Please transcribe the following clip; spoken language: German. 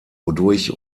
wodurch